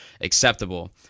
Acceptable